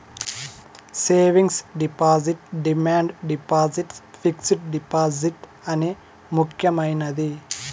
savings deposit demand deposit fixed deposit అనే ముక్యమైనది